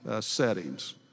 settings